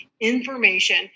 information